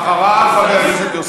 חבר הכנסת באסל גטאס.